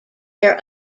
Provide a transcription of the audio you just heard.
their